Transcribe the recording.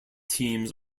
teams